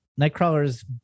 Nightcrawler's